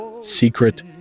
secret